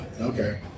okay